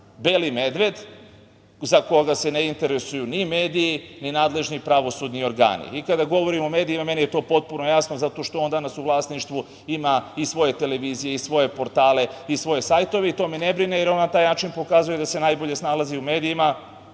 „beli medved“, za koga se ne interesuju ni mediji, ni nadležni pravosudni organi. Kada govorim o medijima, meni je to potpuno jasno zato što on danas u vlasništvu ima i svoje televizije i svoje portale i svoje sajtove i to me ne brine, jer on na taj način pokazuje da se najbolje snalazi u medijima,